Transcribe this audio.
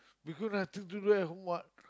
because nothing to do at home what